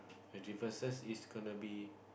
the differences is gonna be